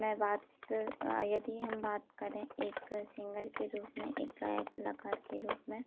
मैं बात यदि हम बात करें एक सिंगर के रूप में एक गायक कलाकार के रूप में